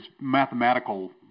mathematical